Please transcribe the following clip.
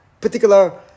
particular